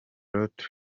lot